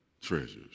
treasures